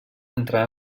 entrar